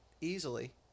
easily